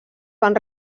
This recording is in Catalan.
van